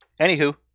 Anywho